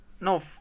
No